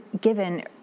given